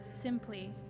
simply